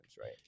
right